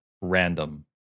random